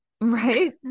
right